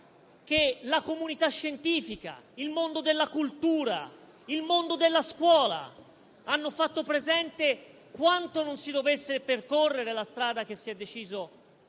che la comunità scientifica, il mondo della cultura e il mondo della scuola hanno fatto presente quanto non si dovesse percorrere la strada che si è deciso